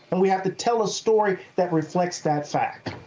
and we have to tell a story that reflects that fact.